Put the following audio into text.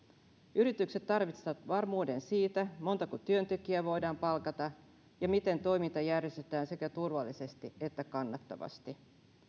yritykset tarvitsevat varmuuden siitä montako työntekijää voidaan palkata ja miten toiminta järjestetään sekä turvallisesti että kannattavasti